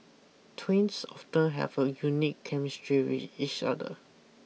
twins often have a unique chemistry with each other